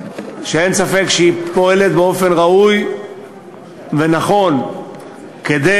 שאין ספק שהיא פועלת באופן ראוי ונכון כדי